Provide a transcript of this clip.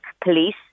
police